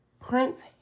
Prince